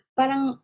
parang